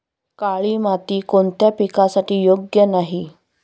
काळी माती कोणत्या पिकासाठी योग्य नाही?